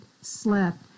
Slept